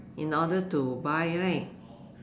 in order to buy right